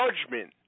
judgment